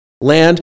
land